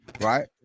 right